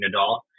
Nadal